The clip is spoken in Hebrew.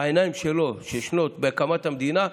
בעיניים שלו, בשנות הקמת המדינה.